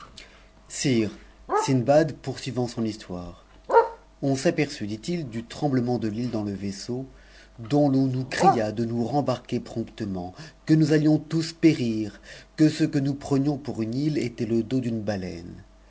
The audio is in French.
sire sindbad poursuivant son histoire on s'aperçut dit-il du tremblement de l'ue dans le vaisseau d'où l'on nous cria de nous rembarquer promptement que nous allions tous périr que ce que nous prenions pour une me était le dos d'une baleine